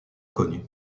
connue